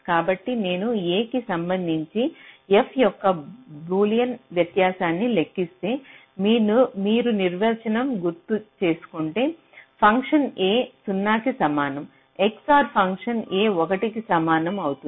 కాబట్టి నేను a కి సంబంధించి f యొక్క బూలియన్ వ్యత్యాసాన్ని లెక్కిస్తే మీరు నిర్వచనం గుర్తు చేసుకుంటే ఫంక్షన్ a 0కు సమానం XOR ఫంక్షన్ a 1 కు సమానమవుతుంది